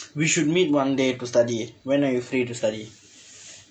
we should meet one day to study when are you free to study